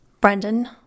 Brendan